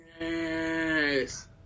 Yes